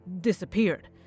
disappeared